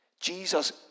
Jesus